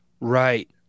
Right